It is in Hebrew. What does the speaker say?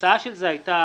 התוצאה של זה הייתה